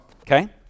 Okay